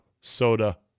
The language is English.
Soda